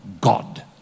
God